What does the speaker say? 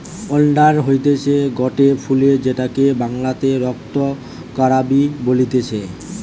oleander হতিছে গটে ফুল যেটাকে বাংলাতে রক্ত করাবি বলতিছে